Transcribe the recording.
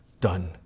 done